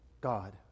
God